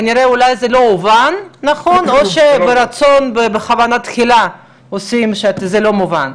כנראה זה לא הובן אולי או שבכוונה תחילה עושים שזה לא מובן.